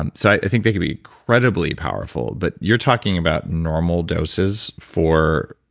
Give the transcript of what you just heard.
um so i i think they can be incredibly powerful. but you're talking about normal doses for,